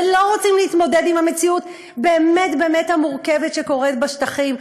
ולא רוצים להתמודד עם המציאות הבאמת-באמת מורכבת בשטחים,